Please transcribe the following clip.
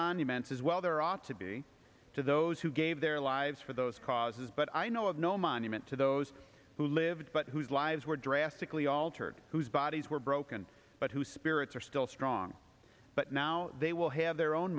monuments as well there ought to be to those who gave their lives for those causes but i know of no monument to those whose lives were drastically altered whose bodies were broken but whose spirits are still strong but they will have their own